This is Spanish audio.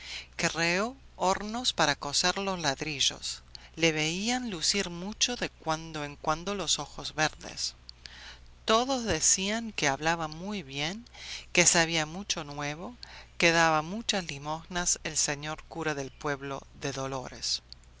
creó hornos para cocer los ladrillos le veían lucir mucho de cuando en cuando los ojos verdes todos decían que hablaba muy bien que sabía mucho nuevo que daba muchas limosnas el señor cura del pueblo de dolores